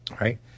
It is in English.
right